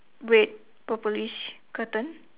red purplish curtain